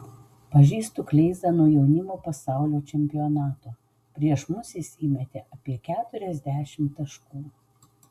pažįstu kleizą nuo jaunimo pasaulio čempionato prieš mus jis įmetė apie keturiasdešimt taškų